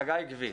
חגי עקבי.